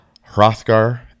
hrothgar